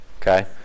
Okay